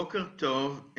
בוקר טוב.